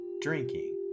drinking